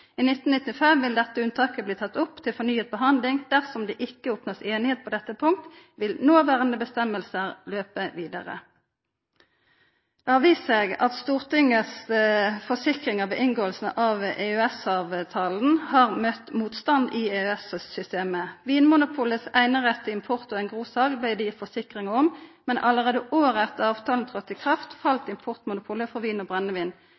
I 1995 vil dette unntaket bli tatt opp til fornyet behandling. Dersom det ikke oppnås enighet på dette punktet, vil nåværende bestemmelser løpe videre.» Det har vist seg at Stortingets forsikring ved inngåinga av EØS-avtalen har møtt motstand i EØS-systemet. Vinmonopolets einerett til import og engrossal blei det gitt forsikringar om, men allereie året etter at avtalen tredde i kraft, fall importmonopolet for vin og